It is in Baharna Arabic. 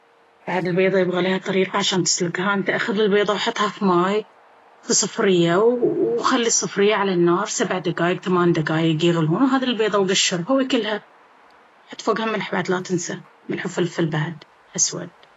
بعد البيضة يبغى ليها طريقة عشان تسلقها... أنت أخذ البيضة وحطها في ماي في صفرية وخلي الصفرية على النار سبع دقايق ثمان دقايق يغلون وهذي البيضة وقشرها وأكلها... وحط فوقها ملح بعد لاتنسى ملح وفلفل بعد.. أسود!